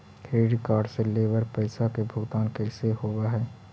Credit card से लेवल पैसा के भुगतान कैसे होव हइ?